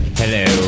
hello